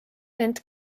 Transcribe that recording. ent